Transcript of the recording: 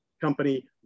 company